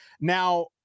Now